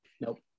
Nope